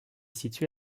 situé